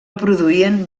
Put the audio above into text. produïen